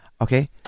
Okay